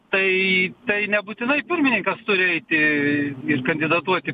tai tai nebūtinai pirmininkas turi eiti ir kandidatuoti